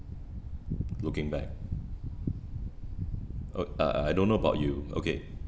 looking back o~ uh I I don't know about you okay